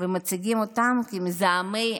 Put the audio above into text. ומציגים אותן כמזהמי